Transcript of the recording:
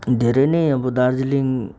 धेरै नै अब दार्जिलिङ